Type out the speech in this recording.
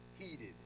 heated